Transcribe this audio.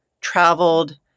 traveled